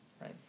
right